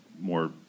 more